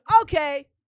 Okay